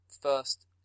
first